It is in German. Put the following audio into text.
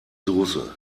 soße